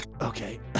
Okay